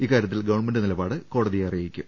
ഇക്കാരൃത്തിൽ ഗവൺമെന്റ് നിലപാട് കോടതിയെ അറിയിക്കും